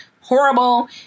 horrible